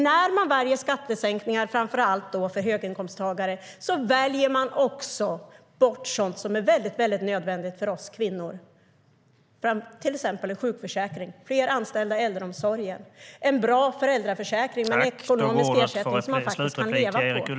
När man väljer skattesänkningar för framför allt höginkomsttagare väljer man också bort sådant som är nödvändigt för oss kvinnor, till exempel en sjukförsäkring, fler anställda i äldreomsorgen, en bra föräldraförsäkring med en ekonomisk ersättning som det faktiskt går att leva på.